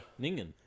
Ningen